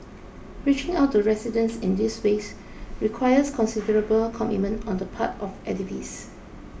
reaching out to residents in these ways requires considerable commitment on the part of activists